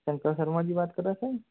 शंकर शर्मा जी बात कर रहे हैं सर